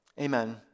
Amen